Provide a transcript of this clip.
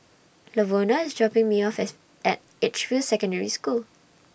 Lavona IS dropping Me off as At Edgefield Secondary School